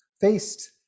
faced